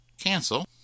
cancel